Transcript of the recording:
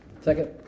Second